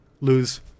lose